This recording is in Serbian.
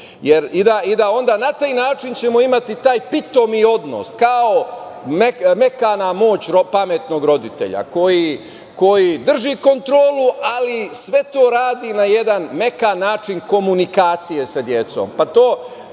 i slobodi. Na taj način ćemo imati taj pitomi odnos, kao mekana moć pametnog roditelja koji drži kontrolu, ali sve to radi na jedan mekan način komunikacije sa decom,